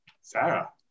Sarah